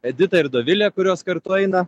edita ir dovilė kurios kartu eina